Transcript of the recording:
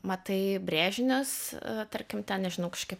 matai brėžinius tarkim ten nežinau kažkaip